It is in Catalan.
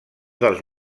dels